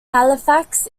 halifax